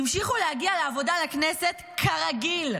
המשיכו להגיע לעבודה בכנסת כרגיל,